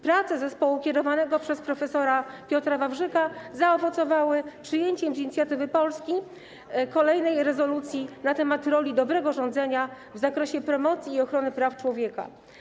Prace zespołu kierowanego przez prof. Piotra Wawrzyka zaowocowały przyjęciem z inicjatywy Polski kolejnej rezolucji na temat roli dobrego rządzenia w zakresie promocji i ochrony praw człowieka.